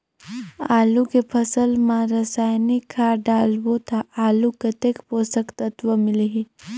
आलू के फसल मा रसायनिक खाद डालबो ता आलू कतेक पोषक तत्व मिलही?